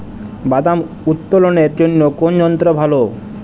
বাদাম উত্তোলনের জন্য কোন যন্ত্র ভালো?